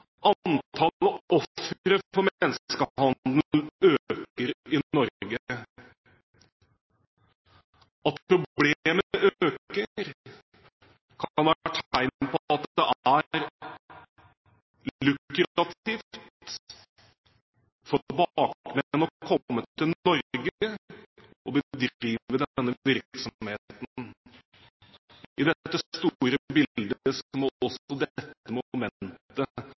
ofre for menneskehandel øker i Norge. At problemet øker, kan være et tegn på at det er lukrativt for bakmenn å komme til Norge og bedrive denne virksomheten. I det store bildet må også dette